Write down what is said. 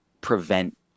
prevent